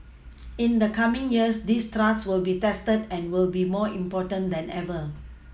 in the coming years this trust will be tested and will be more important than ever